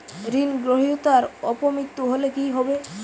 ঋণ গ্রহীতার অপ মৃত্যু হলে কি হবে?